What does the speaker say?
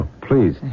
Please